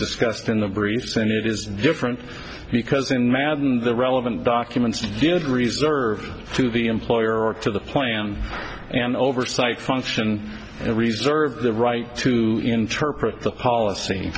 discussed in the briefs and it is different because in madden the relevant documents did reserve to the employer or to the plan i am an oversight function i reserve the right to interpret the policy